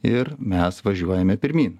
ir mes važiuojame pirmyn